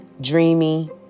dreamy